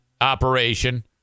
operation